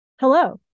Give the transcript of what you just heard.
Hello